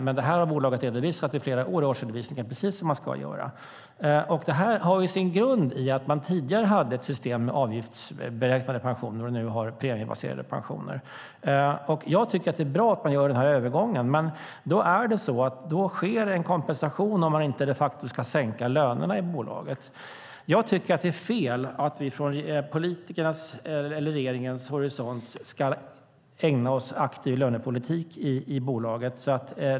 Detta har dock bolaget redovisat i flera år i sina årsredovisningar, precis som man ska göra. Detta har sin grund i att man tidigare hade ett system med avgiftsberäknade pensioner och nu har premiebaserade pensioner. Jag tycker att det är bra att man gör övergången, men då sker en kompensation om man inte de facto ska sänka lönerna i bolaget. Jag tycker att det är fel att vi från politikernas eller regeringens horisont ska ägna oss åt aktiv lönepolitik i bolaget.